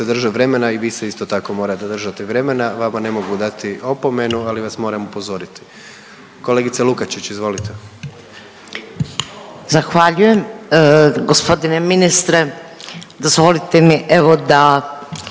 drže vremena i vi se isto tako morate držati vremena, vama ne mogu dati opomenu, ali vas moram upozoriti. Kolegica Lukačić, izvolite. **Lukačić, Ljubica (HDZ)** Zahvaljujem. Gospodine ministre, dozvolite mi evo da